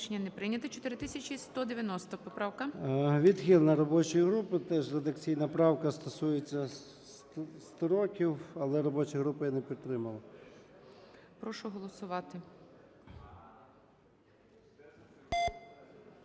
Відхилена робочою групою. Теж редакційна правка, стосується строків, але робоча група її не підтримала.